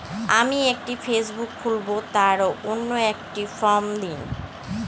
আমি একটি ফেসবুক খুলব তার জন্য একটি ফ্রম দিন?